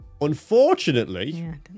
Unfortunately